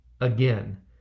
again